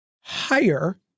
higher